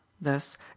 thus